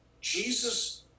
Jesus